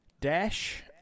dash